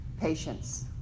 patience